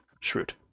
shrewd